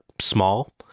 small